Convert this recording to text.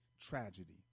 tragedy